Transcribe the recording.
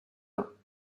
ans